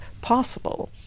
possible